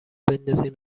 بندازیم